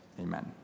amen